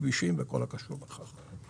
כבישים וכל הקשור בכך.